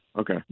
Okay